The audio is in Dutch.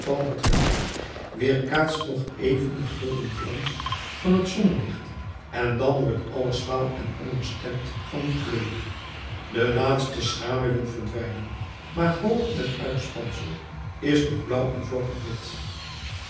wordt geleid weerkaatst nog even den gulden glans van t zonnelicht en dan wordt alles vaal en onbestemd van kleur de laatste schaduwen verdwijnen maar hoog in t uitspansel is t nog blauw en vlokkig wit